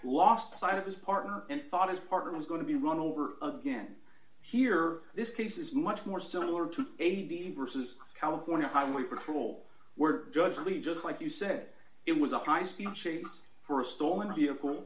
lost sight of his partner and thought his partner was going to be run over again here this case is much more similar to a the versus california highway patrol were just really just like you said it was a high speed chase for a storm in a vehicle